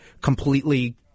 completely –